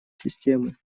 системы